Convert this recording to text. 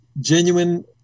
genuine